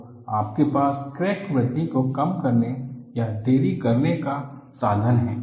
तो आपके पास क्रैकवृद्धि को कम करने या देरी करने का साधन है